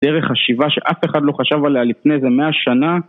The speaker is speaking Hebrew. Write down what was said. דרך השיבה שאף אחד לא חשב עליה לפני איזה מאה שנה